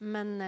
Men